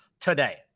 today